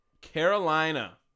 Carolina